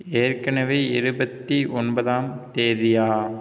ஏற்கனவே இருபத்தி ஒன்பதாம் தேதியா